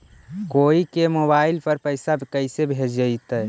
कोई के मोबाईल पर पैसा कैसे भेजइतै?